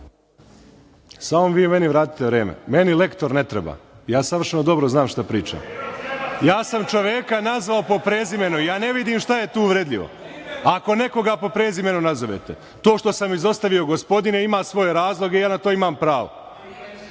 Samo vi meni vratite vreme. Meni lektor ne treba. Ja savršeno dobro znam šta pričam. Ja sam čoveka nazvao po prezimenu. Ja ne vidim šta je tu uvredljivo, ako nekoga po prezimenu nazovete. To što sam izostavio gospodine ima svoje razloge i ja na to imam pravo.